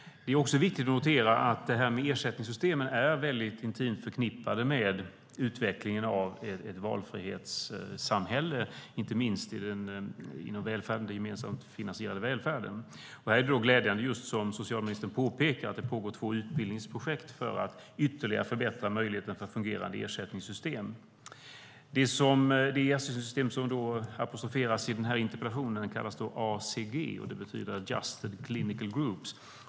Det är viktigt att notera att ersättningssystemen är intimt förknippade med utvecklingen av ett valfrihetssamhälle, inte minst i den gemensamt finansierade välfärden. Här är det glädjande, som socialministern påpekar, att det pågår två utbildningsprojekt för att ytterligare förbättra möjligheten för fungerande ersättningssystem. Det ersättningssystem som apostroferas i den här interpellationen kallas ACG. Det betyder Adjusted Clinical Groups.